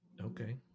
Okay